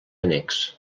annex